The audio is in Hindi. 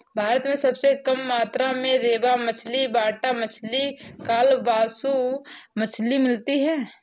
भारत में सबसे कम मात्रा में रेबा मछली, बाटा मछली, कालबासु मछली मिलती है